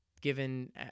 given